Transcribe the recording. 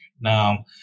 Now